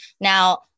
Now-